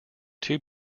two